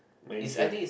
mansion